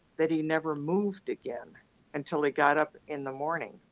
that he never moved again until he got up in the morning.